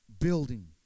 building